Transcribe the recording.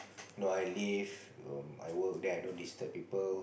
no I live um I work then I don't disturb people